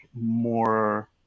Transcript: more